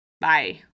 Bye